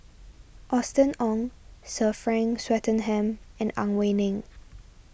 Austen Ong Sir Frank Swettenham and Ang Wei Neng